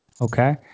Okay